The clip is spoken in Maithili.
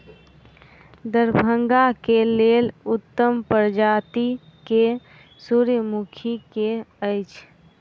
दरभंगा केँ लेल उत्तम प्रजाति केँ सूर्यमुखी केँ अछि?